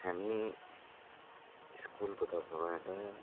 हामी स्कुलको तर्फबाट